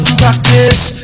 practice